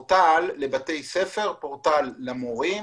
פורטל לבתי ספר, פורטל למורים,